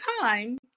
time